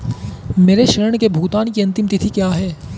मेरे ऋण के भुगतान की अंतिम तिथि क्या है?